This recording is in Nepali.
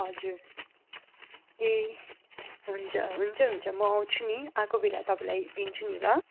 हजुर ए हुन्छ हुन्छ हुन्छ म आउँछु नि आएको बेला तपाईँलाई दिन्छु नि ल